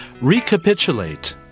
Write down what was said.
Recapitulate